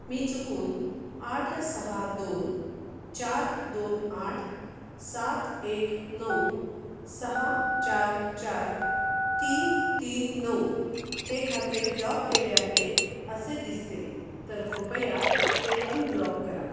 मी चुकून आठ सहा दोन चार दोन आठ सात एक नऊ सहा चार चार तीन तीन नऊ हे खाते ब्लॉक केले आहे असे दिसते तर कृपया ते अनब्लॉक करा